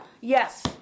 Yes